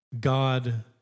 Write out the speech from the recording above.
God